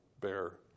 bear